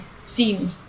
scene